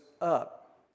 up